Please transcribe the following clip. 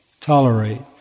tolerate